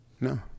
No